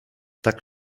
tak